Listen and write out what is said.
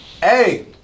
hey